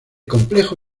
complejo